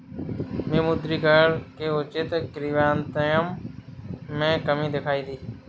विमुद्रीकरण के उचित क्रियान्वयन में कमी दिखाई दी